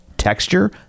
Texture